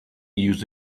used